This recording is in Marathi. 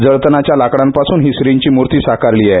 जळतनाच्या लाकडांपासून ही श्रींची मूर्ती साकारलीय